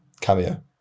cameo